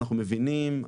אנחנו מבינים,